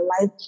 life